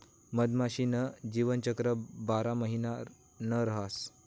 मधमाशी न जीवनचक्र बारा महिना न रहास